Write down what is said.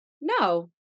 no